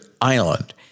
Island